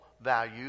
value